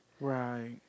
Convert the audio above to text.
Right